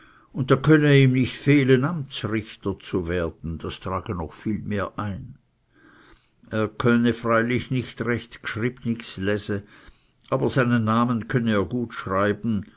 und da könne ihm nicht fehlen amtsrichter zu werden das trage noch viel mehr ein er könne freilich nicht recht g'schribnigs lese aber seinen namen könne er gut schreiben